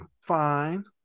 fine